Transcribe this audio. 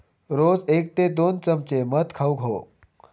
रोज एक ते दोन चमचे मध खाउक हवो